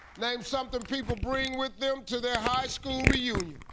name something people bring with them to their high school reunion.